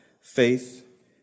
faith